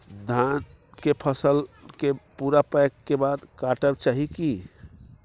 धान के फसल के पूरा पकै के बाद काटब चाही की?